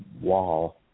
wall